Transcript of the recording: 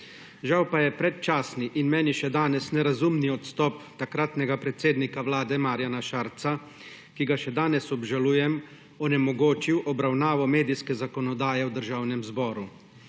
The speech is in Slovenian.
Žal pa je predčasni in meni še danes nerazumni odstop takratnega predsednika Vlade Marjana Šarca, ki ga še danes obžalujem, onemogočil obravnavo medijske zakonodaje v Državnem zboru.